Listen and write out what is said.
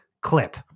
clip